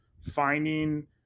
finding